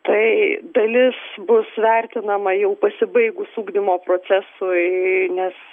taai dalis bus vertinama jau pasibaigus ugdymo procesui nes